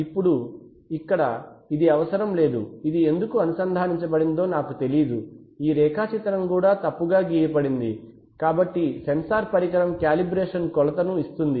ఇప్పుడు ఇక్కడ ఇది అవసరం లేదు ఇది ఎందుకు అనుసంధానించబడిందో నాకు తెలియదు ఈ రేఖాచిత్రం కూడా తప్పుగా గీయబడింది కాబట్టి సెన్సార్ పరికరం కాలిబ్రేషన్ కొలత ను ఇస్తుంది